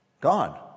gone